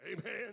Amen